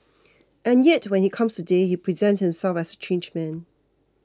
and yet when he comes today he presents himself as a changed man